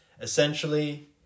Essentially